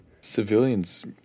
Civilians